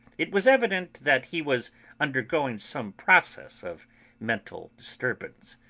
it was evident that he was undergoing some process of mental disturbance,